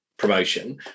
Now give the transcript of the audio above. promotion